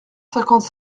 cinquante